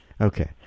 Okay